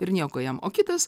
ir nieko jam o kitas